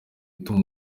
gutuma